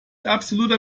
absoluter